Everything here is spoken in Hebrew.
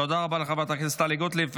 תודה לחברת הכנסת טלי גוטליב.